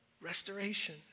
Restoration